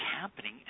happening